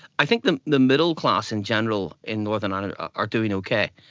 i think the the middle class in general in northern ireland are doing okay,